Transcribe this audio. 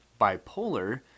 bipolar